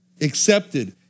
Accepted